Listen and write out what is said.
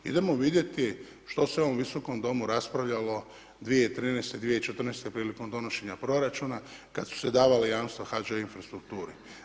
Idemo vidjeti što se u ovom visokom domu raspravljalo 2013., 2014. prilikom donošenja proračuna kada su se davala jamstva HŽ infrastrukturi.